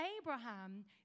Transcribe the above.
Abraham